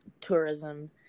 tourism